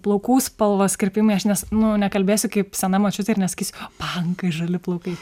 plaukų spalvos kirpimai aš nes nu nekalbėsiu kaip sena močiutė ir nesakysiu pankai žali plaukai